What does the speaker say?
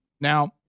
Now